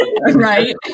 right